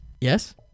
yes